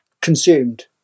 Consumed